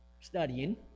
studying